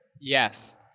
Yes